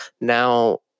now